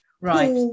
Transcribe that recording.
right